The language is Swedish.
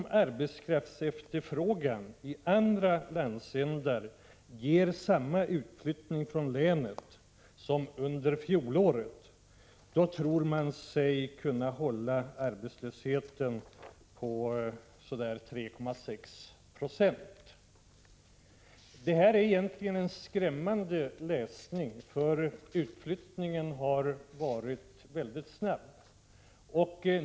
Om arbetskraftsefterfrågan i andra landsändar ger upphov till samma utflyttning från länet som var fallet under fjolåret, tror man sig kunna hålla arbetslösheten på ungefär 3,6 Zo. Det här är egentligen en skrämmande läsning. Utflyttningen har varit väldigt snabb.